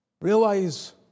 Realize